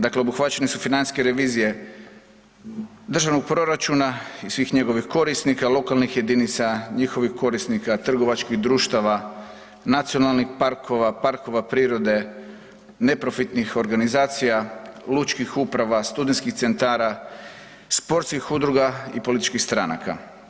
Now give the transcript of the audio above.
Dakle obuhvaćene su financijske revizije državnog proračuna i svih njegovih korisnika, lokalnih jedinica, njihovih korisnika, trgovačkih društava, nacionalnih parkova, parkova prirode, neprofitnih organizacija, lučkih uprava, studentskih centara, sportskih udruga i političkih stranaka.